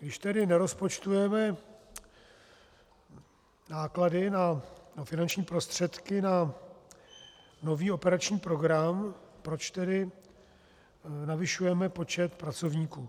Když tedy nerozpočtujeme náklady, finanční prostředky na nový operační program, proč tedy zvyšujeme počet pracovníků?